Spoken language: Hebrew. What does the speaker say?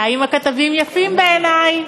האם הכתבים יפים בעיני?